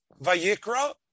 va'yikra